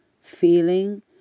feeling